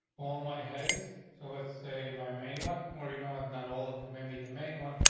all my headings. so it's a my main one, or you know what? not all of that may be the main one.